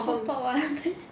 hot pot ah